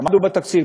עמדנו בתקציב,